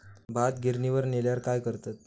भात गिर्निवर नेल्यार काय करतत?